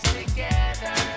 together